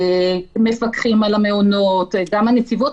המפקחים על המעונות, וגם הנציבות...